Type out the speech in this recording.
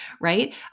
right